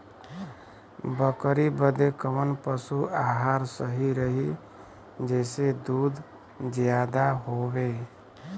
बकरी बदे कवन पशु आहार सही रही जेसे दूध ज्यादा होवे?